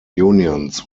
unions